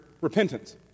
repentance